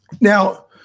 Now